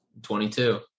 22